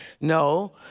No